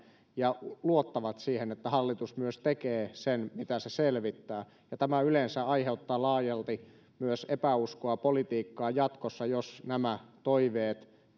ja luottavat siihen että hallitus myös tekee sen mitä se selvittää ja tämä yleensä aiheuttaa laajalti myös epäuskoa politiikkaan jatkossa jos nämä toiveet